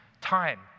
time